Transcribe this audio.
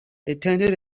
attended